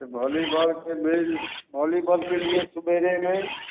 तो भलीबल के भेज भलीबल के लिए सुबह में